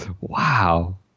Wow